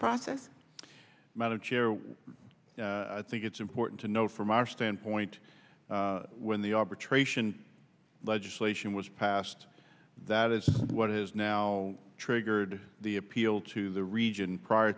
chair i think it's important to know from our standpoint when the arbitration legislation was passed that is what is now triggered the appeal to the region prior